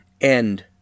End